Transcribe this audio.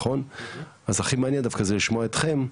אז הכי מעניין זה לשמוע אתכם,